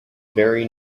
very